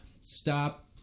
Stop